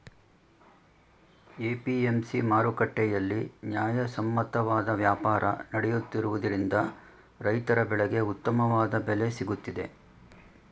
APMC ಮಾರುಕಟ್ಟೆಯಲ್ಲಿ ನ್ಯಾಯಸಮ್ಮತವಾದ ವ್ಯಾಪಾರ ನಡೆಯುತ್ತಿರುವುದರಿಂದ ರೈತರ ಬೆಳೆಗೆ ಉತ್ತಮವಾದ ಬೆಲೆ ಸಿಗುತ್ತಿದೆ